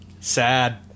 Sad